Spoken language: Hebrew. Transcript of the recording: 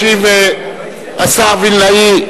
ישיב השר וילנאי.